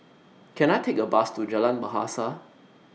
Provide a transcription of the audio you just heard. Can I Take A Bus to Jalan Bahasa